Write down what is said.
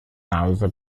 house